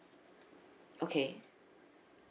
okay